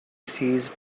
ceased